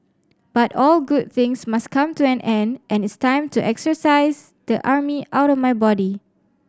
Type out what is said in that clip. but all good things must come to an end and it's time to exercise the army outta my body